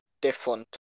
different